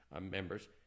members